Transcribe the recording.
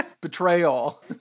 betrayal